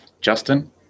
Justin